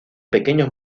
pequeños